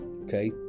Okay